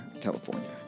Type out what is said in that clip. California